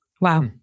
Wow